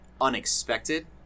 unexpected